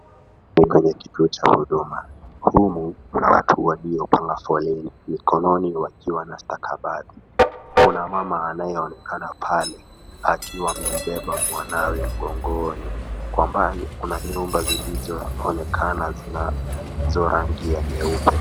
Hiki ni kituo cha huduma. Huku kuna watu waliopanga foleni mikononi wakiwa na stakabadhi. Kuna mama anayeonekana pale akiwa amebeba mwanawe mgongoni. Kwa mbali kuna nyumba zilizooneka zinazo rangi ya nyeupe.